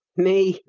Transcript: me!